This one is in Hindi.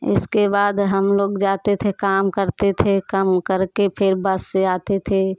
इसके बाद हम लोग जाते थे काम करते थे काम करके फिर बस से आते थे